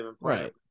Right